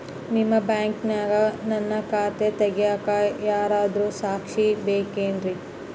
ನಿಮ್ಮ ಬ್ಯಾಂಕಿನ್ಯಾಗ ನನ್ನ ಖಾತೆ ತೆಗೆಯಾಕ್ ಯಾರಾದ್ರೂ ಸಾಕ್ಷಿ ಬೇಕೇನ್ರಿ?